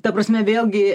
ta prasme vėlgi